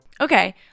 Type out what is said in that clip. Okay